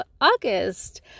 August